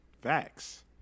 Facts